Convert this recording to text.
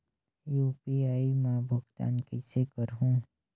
UPI मा भुगतान कइसे करहूं?